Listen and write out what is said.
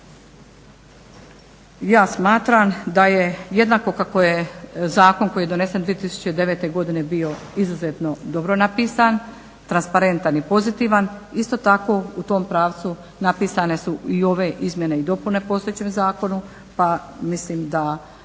ja smatram da je jednako kako je zakon koji je donesen 2009. godine bio izuzetno dobro napisan, transparentan i pozitivan, isto tako u tom pravcu napisane su i ove izmjene i dopune postojećem zakonu pa mislim da